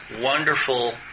wonderful